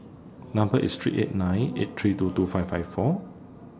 Number IS three eight nine eight three two two five five four